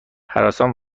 هراسان